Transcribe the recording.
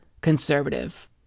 conservative